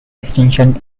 extension